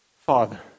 Father